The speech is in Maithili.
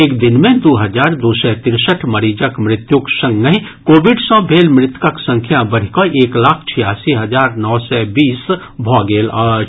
एक दिन मे दू हजार दू सय तिरसठि मरीजक मृत्युक संगहि कोविड सँ भेल मृतकक संख्या बढ़ि कऽ एक लाख छियासी हजार नओ सय बीस भऽ गेल अछि